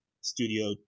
Studio